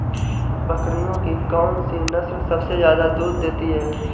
बकरियों की कौन सी नस्ल सबसे ज्यादा दूध देती है?